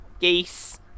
geese